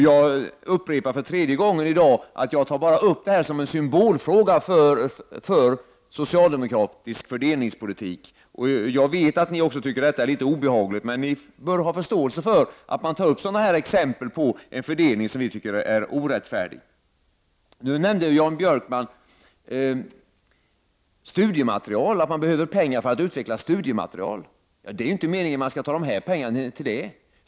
Jag upprepar för tredje gången i dag att jag tar upp den bara som en symbol för socialdemokratisk fördelningspolitik. Jag vet att ni också tycker att detta är litet obehagligt, men ni bör ha förståelse för att man tar upp sådana exempel på en fördelning som vi tycker är orättfärdig. Nu nämnde Jan Björkman att man behöver pengar för att utveckla studiematerial. Det är ju inte meningen att man skall ta de här pengarna till det!